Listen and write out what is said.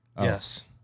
Yes